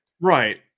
right